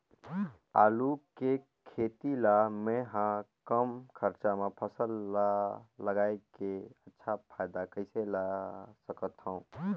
आलू के खेती ला मै ह कम खरचा मा फसल ला लगई के अच्छा फायदा कइसे ला सकथव?